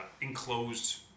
enclosed